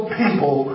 people